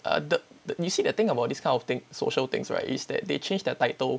the the you see the thing about this kind of thing social things right is that they changed their title